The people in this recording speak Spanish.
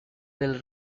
del